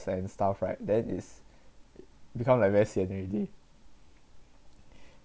and stuff right then is become like very sian already